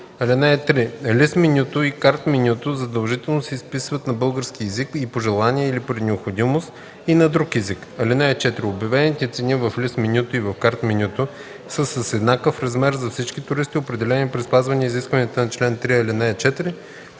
(3) Лист-менюто и карт-менюто задължително се изписват на български език и по желание или при необходимост – и на друг език. (4) Обявените цени в лист-менюто и в карт-менюто са с еднакъв размер за всички туристи, определен при спазване изискванията на чл. 3, ал. 4.